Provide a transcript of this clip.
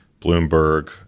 Bloomberg